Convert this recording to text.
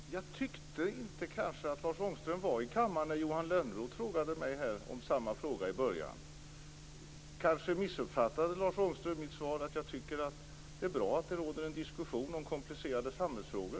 Fru talman! Jag tyckte inte att jag såg Lars Ångström i kammaren när Johan Lönnroth tidigare ställde samma fråga till mig. Kanske missuppfattade Lars Ångström mitt svar, att jag tycker att det är bra att det förs en diskussion om komplicerade samhällsfrågor.